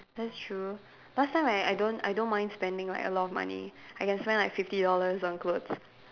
that's true last time I I don't I don't mind spending like a lot of money I can spend like fifty dollars on clothes